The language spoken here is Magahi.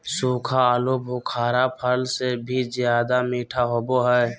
सूखा आलूबुखारा फल से भी ज्यादा मीठा होबो हइ